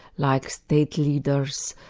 like state leaders,